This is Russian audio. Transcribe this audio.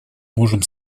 можем